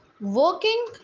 working